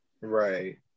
Right